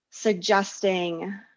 Suggesting